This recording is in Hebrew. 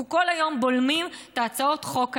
אנחנו כל היום בולמים את הצעות החוק האלה.